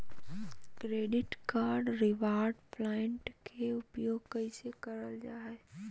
Credit card reward point के प्रयोग कैसे करल जा है?